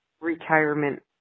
retirement